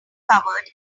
covered